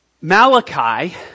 Malachi